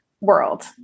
world